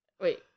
wait